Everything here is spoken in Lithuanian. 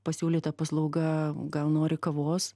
pasiūlyta paslauga gal nori kavos